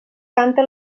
canta